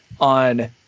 on